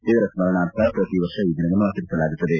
ಇದರ ಸ್ಪರಣಾರ್ಥ ಪ್ರತಿ ವರ್ಷ ಈ ದಿನವನ್ನು ಆಚರಿಸಲಾಗುತ್ತದೆ